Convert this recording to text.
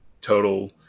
total